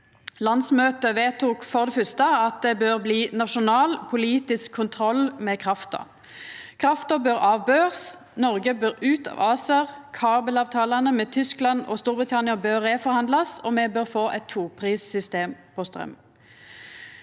Landsmøtet vedtok for det fyrste at det bør bli nasjonal, politisk kontroll med krafta. Krafta bør bli teken av børs, Noreg bør gå ut av ACER, kabelavtalane med Tyskland og Storbritannia bør reforhandlast, og me bør få eit toprissystem for straum.